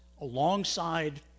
alongside